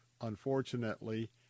unfortunately